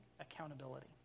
accountability